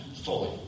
fully